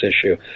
issue